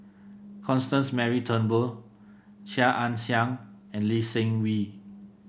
Constance Mary Turnbull Chia Ann Siang and Lee Seng Wee